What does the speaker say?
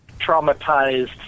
traumatized